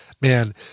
man